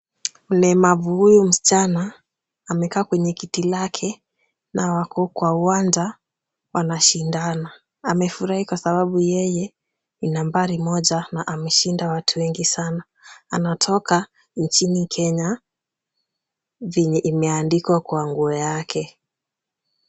Mlemavu huyu msichana amekaa kwenye kiti lake na wako kwa uwanja wanashindana. Amefurahi kwa sababu yeye ni nambari moja ama ameshinda watu wengi sana. Anatoka nchini Kenya venye imeandikwa kwa nguo yake.